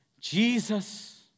Jesus